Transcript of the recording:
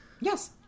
Yes